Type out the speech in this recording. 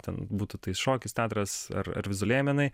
ten būtų tai šokis teatras ar ar vizualieji menai